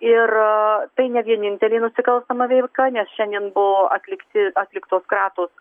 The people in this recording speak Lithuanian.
ir tai ne vienintelė nusikalstama veika nes šiandien buvo atlikti atliktos kratos